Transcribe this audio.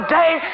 day